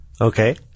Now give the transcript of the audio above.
Okay